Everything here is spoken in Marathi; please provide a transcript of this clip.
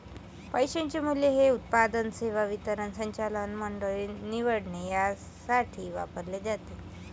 पैशाचे मूल्य हे उत्पादन, सेवा वितरण, संचालक मंडळ निवडणे यासाठी वापरले जाते